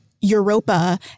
Europa